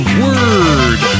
word